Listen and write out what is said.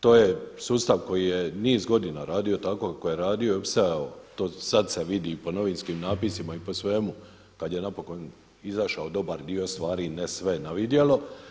To je sustav koji je niz godina radio tako kako je radio i opstao, to sad se vidi i po novinskim napisima i po svemu kad je napokon izašao dobar dio stvari, ne sve na vidjelo.